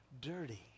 dirty